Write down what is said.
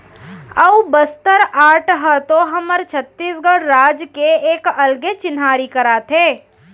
अऊ बस्तर आर्ट ह तो हमर छत्तीसगढ़ राज के एक अलगे चिन्हारी कराथे